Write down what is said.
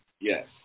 yes